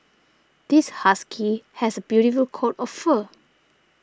this husky has a beautiful coat of fur